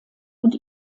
und